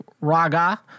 Raga